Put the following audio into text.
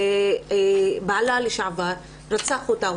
בעלה לשעבר רצח אותה,